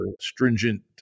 stringent